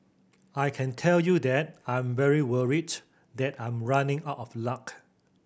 I can tell you that I'm very worried that I'm running out of luck